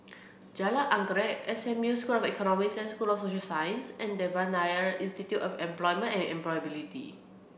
Jalan Anggerek S M U School of Economics and School of Social Sciences and Devan Nair Institute of Employment and Employability